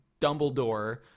Dumbledore